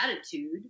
attitude